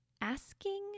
asking